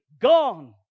gone